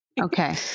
Okay